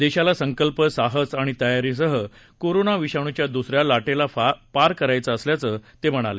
देशाला संकल्प साहस आणि तयारीसह कोरोना विषाणूच्या दुसऱ्या लाटेला पार करायचं असल्याचं ते म्हणाले